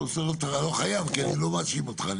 אתה לא חייב, כי אני לא מאשים אותך.